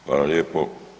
Hvala lijepo.